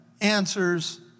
answers